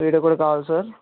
video కూడా కావాలా sir